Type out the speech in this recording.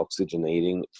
oxygenating